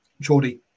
Geordie